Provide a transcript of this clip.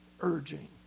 urging